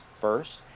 first